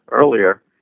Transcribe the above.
earlier